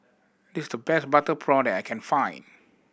this the best butter prawn that I can find